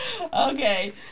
Okay